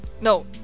No